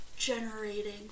generating